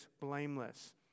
blameless